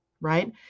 right